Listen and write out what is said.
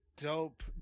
Dope